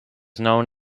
known